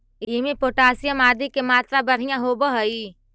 इमें पोटाशियम आदि के मात्रा बढ़िया होवऽ हई